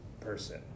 person